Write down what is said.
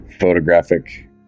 photographic